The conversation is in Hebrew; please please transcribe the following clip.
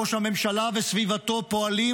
ראש הממשלה וסביבתו פועלים,